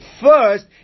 first